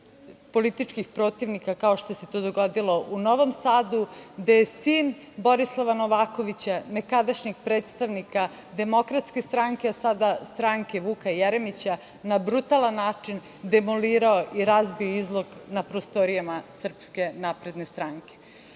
političkih protivnika kao što se to dogodilo u Novom Sadu gde je sin Borislava Novakovića, nekadašnjeg predstavnika DS, a sada stranke Vuka Jeremića na brutalan način demolirao i razbio izlog na prostorijama SNS.Ja sam neko